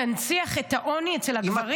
תנציח את העוני אצל הגברים,